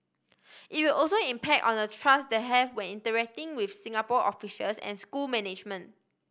it will also impact on the trust they have when interacting with Singapore officials and school management